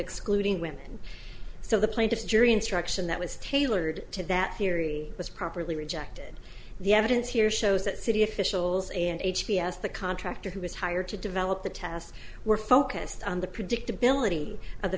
excluding women so the plaintiffs jury instruction that was tailored to that theory was properly rejected the evidence here shows that city officials and h p s the contractor who was hired to develop the tests were focused on the predictability of the